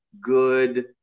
good